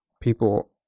people